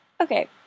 Okay